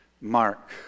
Mark